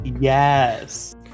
Yes